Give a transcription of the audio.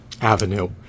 avenue